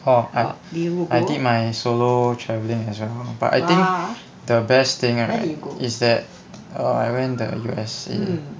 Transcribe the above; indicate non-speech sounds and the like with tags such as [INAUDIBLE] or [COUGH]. oh ah I did my solo travelling as well but I think the best thing right is that err I went the [NOISE] U_S_A